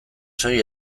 segi